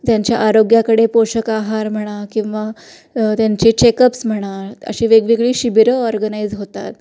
त्यांच्या आरोग्याकडे पोषक आहार म्हणा किंवा त्यांचे चेकअप्स म्हणा अशी वेगवेगळी शिबिरं ऑर्गनाइज होतात